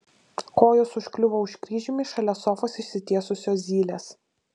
kojos užkliuvo už kryžiumi šalia sofos išsitiesusio zylės